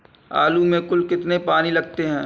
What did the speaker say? आलू में कुल कितने पानी लगते हैं?